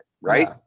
Right